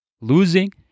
Losing